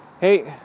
hey